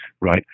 right